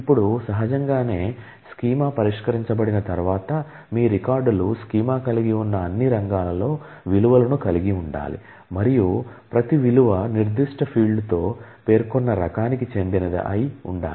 ఇప్పుడు సహజంగానే స్కీమా పరిష్కరించబడిన తర్వాత మీ రికార్డులు స్కీమా కలిగి ఉన్న అన్ని రంగాలలో విలువలను కలిగి ఉండాలి మరియు ప్రతి విలువ నిర్దిష్ట ఫీల్డ్తో పేర్కొన్న రకానికి చెందినది అయి ఉండాలి